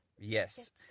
Yes